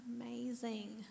amazing